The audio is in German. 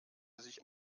sich